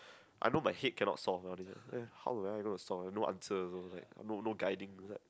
I know my head cannot solve all this how do I know to solve no answer also like no no guiding is like